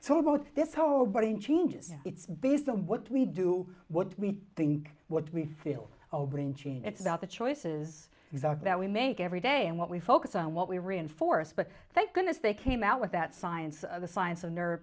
so about this whole brain changes it's based on what we do what we think what we feel our brain change it's about the choices example that we make every day and what we focus on what we reinforce but thank goodness they came out with that science the science of nerve